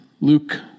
Luke